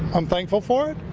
i'm thankful for it,